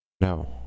No